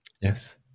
Yes